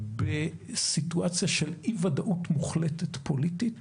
בסיטואציה של אי-ודאות מוחלטת פוליטית